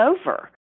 over